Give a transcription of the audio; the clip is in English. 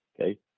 Okay